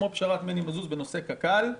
כמו פשרת מני מזוז בנושא קק"ל,